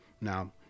Now